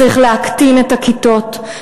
צריך להקטין את הכיתות,